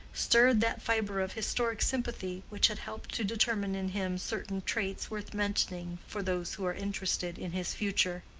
stirred that fibre of historic sympathy which had helped to determine in him certain traits worth mentioning for those who are interested in his future.